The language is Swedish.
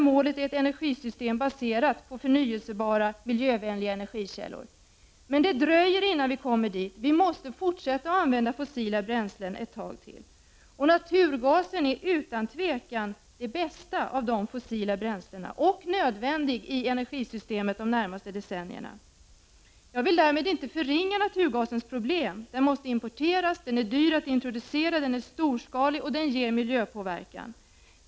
Målet är ett energisystem baserat på förnyelsebara miljövänliga energikällor. Men det dröjer innan vi kommer dit. Vi måste fortsätta att använda fossila bränslen ett tag till. Naturgasen är utan tvivel det bästa av de fossila bränslena, och den är nödvändig i energisystemet under de närmaste decennierna. Jag vill därmed inte förringa problemen med naturgasen. Den måste importeras, den är dyr att introducera, den är storskalig och den ger miljöpåverkan.